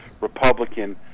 Republican